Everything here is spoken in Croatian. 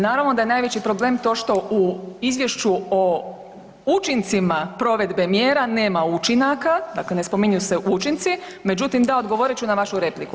Naravno da je najveći problem to što u Izvješću o učincima provedbe mjera nema učinaka, dakle ne spominju se učinci, međutim da odgovorit ću na vašu repliku.